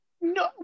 No